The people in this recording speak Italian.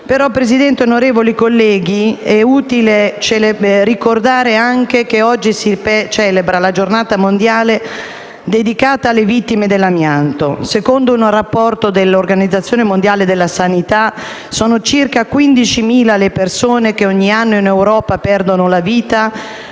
Presidente, onorevoli colleghi, è utile ricordare altresì che oggi si celebra la Giornata mondiale dedicata alle vittime dell'amianto. Secondo un rapporto dell'Organizzazione mondiale della sanità, sono circa 15.000 le persone che ogni anno in Europa perdono la vita